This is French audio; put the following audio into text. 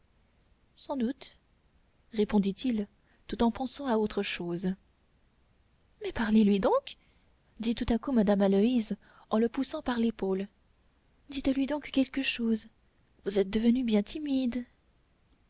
sans doute répondait-il tout en pensant à autre chose mais parlez-lui donc dit tout à coup madame aloïse en le poussant par l'épaule dites-lui donc quelque chose vous êtes devenu bien timide